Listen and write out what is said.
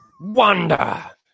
Wanda